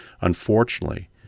Unfortunately